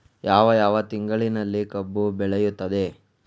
ಯಾವ ಯಾವ ತಿಂಗಳಿನಲ್ಲಿ ಕಬ್ಬು ಬೆಳೆಯುತ್ತದೆ?